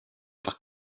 par